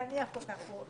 אבל צריכים להניח אותה פה,